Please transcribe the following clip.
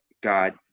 God